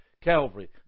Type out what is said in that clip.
Calvary